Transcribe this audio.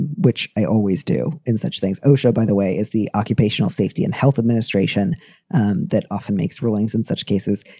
which i always do in such things. oh, show, by the way, is the occupational safety and health administration and that often makes rulings in such cases.